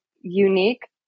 unique